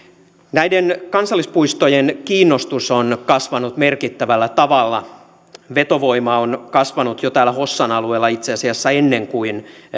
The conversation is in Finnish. näiden kansallispuistojen kiinnostus on kasvanut merkittävällä tavalla vetovoima on kasvanut jo täällä hossan alueella itse asiassa ennen kuin